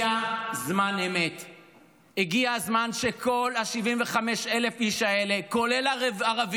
מאיפה יגיעו עוד